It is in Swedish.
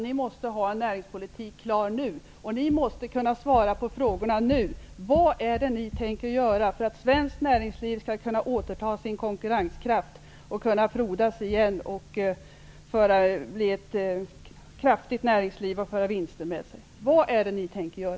Ni måste ha er näringspolitik klar redan nu, så att ni kan svara på frågorna: Vad tänker ni göra för att svenskt näringsliv skall kunna återta sin konkurrenskraft, kunna frodas igen och kunna ge vinster?